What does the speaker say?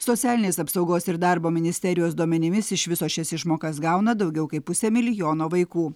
socialinės apsaugos ir darbo ministerijos duomenimis iš viso šias išmokas gauna daugiau kaip pusė milijono vaikų